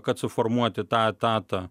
kad suformuoti tą etatą